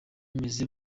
bimeze